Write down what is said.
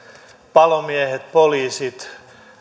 palomiehet poliisit